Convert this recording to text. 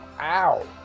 ow